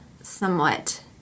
somewhat